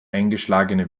eingeschlagene